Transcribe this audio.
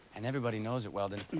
and everybody knows it, weldon,